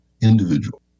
individual